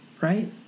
right